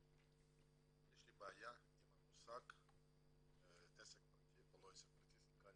יש לי בעיה עם המושג "עסק פרטי" סליחה,